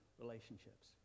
relationships